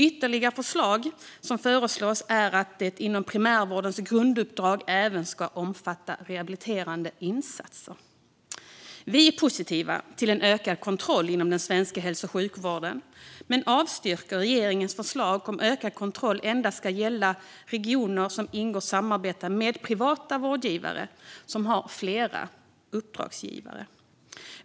Ytterligare föreslås det att primärvårdens grunduppdrag även ska omfatta rehabiliterande insatser. Vi sverigedemokrater är positiva till en ökad kontroll inom den svenska hälso och sjukvården men vill avstyrka regeringens förslag om att ökad kontroll endast ska gälla regioner som ingår samarbete med privata vårdgivare som har flera uppdragsgivare.